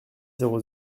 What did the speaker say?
zéro